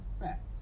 effect